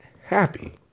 happy